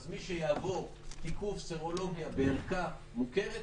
אז מי שיעבור תיקוף סרולוגיה בערכה מוכרת,